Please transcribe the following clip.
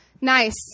Nice